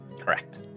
Correct